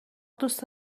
دوست